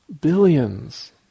billions